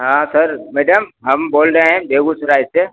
हाँ sir madam हम बोल रहे हैं बेगूसराय से